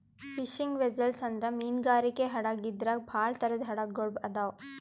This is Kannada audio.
ಫಿಶಿಂಗ್ ವೆಸ್ಸೆಲ್ ಅಂದ್ರ ಮೀನ್ಗಾರಿಕೆ ಹಡಗ್ ಇದ್ರಾಗ್ ಭಾಳ್ ಥರದ್ ಹಡಗ್ ಗೊಳ್ ಅದಾವ್